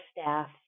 staff